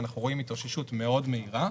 אנחנו רואים התאוששות מאוד מהירה,